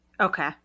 okay